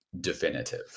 definitive